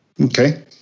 Okay